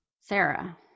Sarah